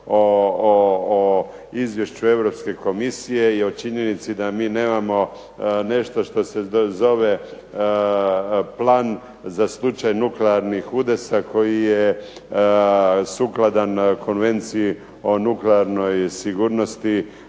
o izvješću Europske komisije i o činjenici da mi nemamo nešto što se zove plan za slučaj nuklearnih udesa koji je sukladan Konvenciji o nuklearnoj sigurnosti